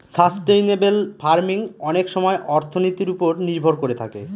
sustainable farming অনেক সময় অর্থনীতির ওপর নির্ভর করে থাকে